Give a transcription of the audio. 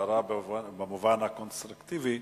הערה במובן הקונסטרוקטיבי,